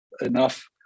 enough